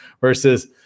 versus